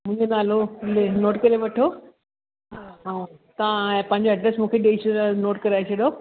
मुंहिंजो नालो नोट करे वठो ऐं तव्हां पंहिंजो एड्रेस मूंखे ॾेई छॾियो नोट कराए छॾियो